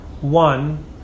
One